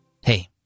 Hey